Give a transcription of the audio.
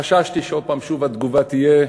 חששתי ששוב התגובה תהיה,